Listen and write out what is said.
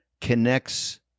connects